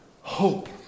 Hope